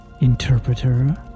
Interpreter